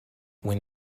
when